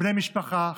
בני משפחה,